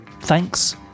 Thanks